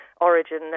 origin